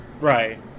Right